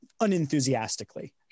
unenthusiastically